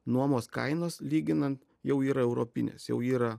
nuomos kainos lyginant jau yra europinės jau yra